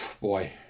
Boy